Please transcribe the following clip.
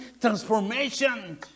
transformation